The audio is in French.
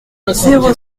zéro